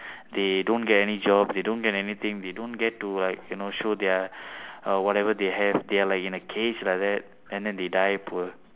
they don't get any jobs they don't get anything they don't get to like you know show their uh whatever they have they are like in a cage like that and then they die poor